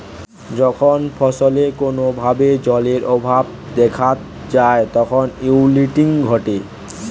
যখন ফসলে কোনো ভাবে জলের অভাব দেখাত যায় তখন উইল্টিং ঘটে